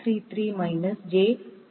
933 minus J 4